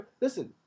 Listen